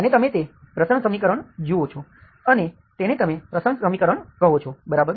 અને તમે તે પ્રસરણ સમીકરણ જુઓ છો અને તેને તમે પ્રસરણ સમીકરણ કહો છો બરાબર